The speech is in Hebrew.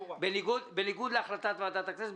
בניגוד להחלטת ועדת הכנסת,